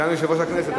סגן יושב-ראש הכנסת,